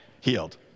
healed